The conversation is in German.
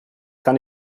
kann